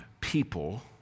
people